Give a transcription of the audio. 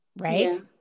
right